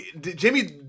Jimmy